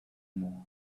more